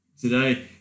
today